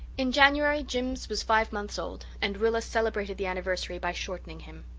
in january jims was five months old and rilla celebrated the anniversary by shortening him.